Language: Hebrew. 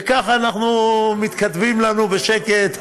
וכך אנחנו מתקדמים לנו בשקט.